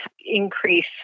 increase